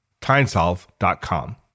TimeSolve.com